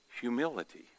humility